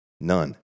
None